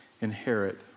inherit